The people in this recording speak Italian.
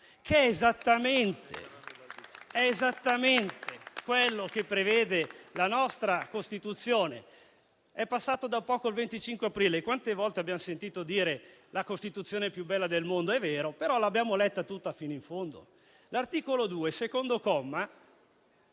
che è esattamente quello che prevede la nostra Costituzione. È trascorso da poco il 25 aprile. Quante volte abbiamo sentito dire che la nostra è la Costituzione più bella del mondo? È vero, ma l'abbiamo letta tutta, fino in fondo? L'articolo 2 della nostra